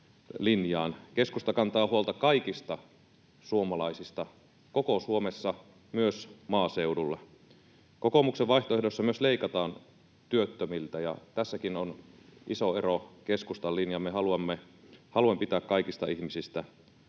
Keskusta kantaa huolta kaikista suomalaisista koko Suomessa, myös maaseudulla. Kokoomuksen vaihtoehdossa myös leikataan työttömiltä, ja tässäkin on iso ero keskustan linjaan. Me haluamme pitää kaikista ihmisistä huolta